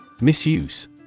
Misuse